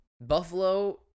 Buffalo